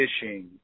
fishing